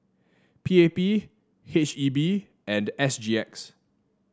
P A P H E B and S G X